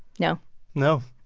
no no,